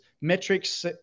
Metrics